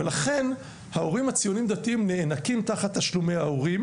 ולכן ההורים הציונים דתיים נאנקים תחת תשלומי ההורים.